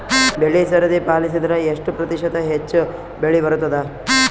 ಬೆಳಿ ಸರದಿ ಪಾಲಸಿದರ ಎಷ್ಟ ಪ್ರತಿಶತ ಹೆಚ್ಚ ಬೆಳಿ ಬರತದ?